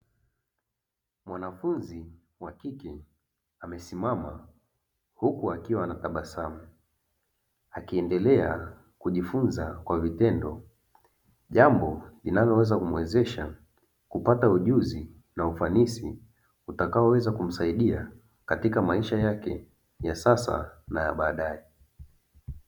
Mwanafunzi wa kike amesimama huku akiwa anatabasamu, akiendelea kujifunza kwa vitendo, jambo linaloweza kumuwezesha kupata ujuzi na ufanisi utakaoweza kumsaidia katika maisha yake ya sasa na ya badae.